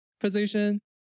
position